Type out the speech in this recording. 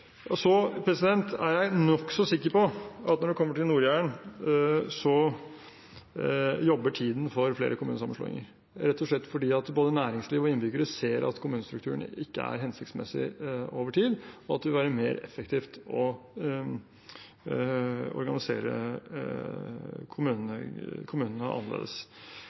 Så er jeg nokså sikker på at når det gjelder Nord-Jæren, jobber tiden for flere kommunesammenslåinger – rett og slett fordi både næringsliv og innbyggere ser at kommunestrukturen ikke er hensiktsmessig over tid, og at det vil være mer effektivt å organisere kommunene annerledes.